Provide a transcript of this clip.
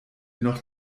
noch